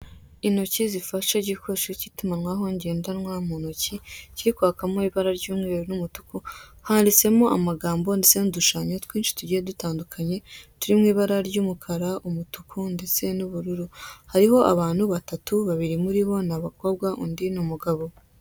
Intoki zifashe igikoresho cy'itumanwaho ngendanwa mu ntoki, kiri kwakamo ibara ry'umweru n'umutuku, handitsemo amagambo ndetse n'udushushanyo twinshi tugiye dutandukanye turi mu ibara ry'umukara, umutuku, ndetse n'ubururu. Hariho abantu batatu babiri muri bo ni abakobwa undi ni umugabo.